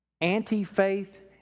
Anti-faith